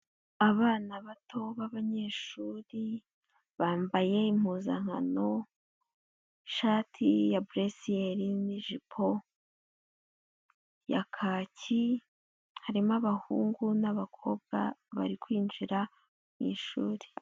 Abana bato b'abanyeshuri bambaye impuzankano ishati ya buresiyeri n'ijipo ya kaki, harimo abahungu n'abakobwa bari kwinjira mu ishuri.